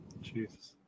Jesus